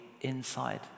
inside